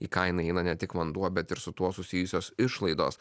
į kainą įeina ne tik vanduo bet ir su tuo susijusios išlaidos